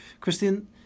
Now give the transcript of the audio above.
Christian